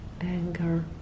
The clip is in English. anger